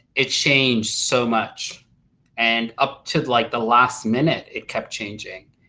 it changed so much and up to like the last minute it kept changing,